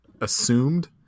assumed